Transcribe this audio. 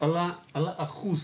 אחוז